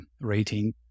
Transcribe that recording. rating